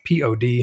pod